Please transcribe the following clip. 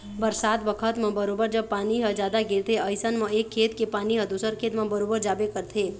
बरसात बखत म बरोबर जब पानी ह जादा गिरथे अइसन म एक खेत के पानी ह दूसर खेत म बरोबर जाबे करथे